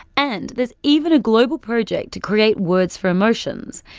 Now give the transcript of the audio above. and there's even a global project to create words for emotions.